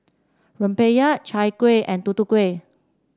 rempeyek Chai Kueh and Tutu Kueh